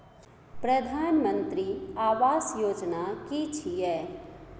प्रधानमंत्री आवास योजना कि छिए?